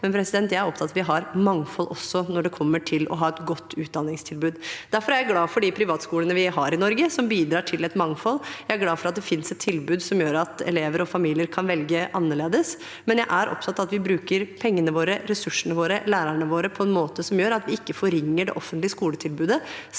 Jeg er opptatt av at vi også har mangfold når det kommer til å ha et godt utdanningstilbud. Derfor er jeg glad for de privatskolene vi har i Norge, som bidrar til et mangfold. Jeg er glad for at det finnes et tilbud som gjør at elever og familier kan velge annerledes, men jeg er opptatt av at vi bruker pengene våre, ressursene våre og lærerne våre på en måte som gjør at vi ikke forringer det offentlige skoletilbudet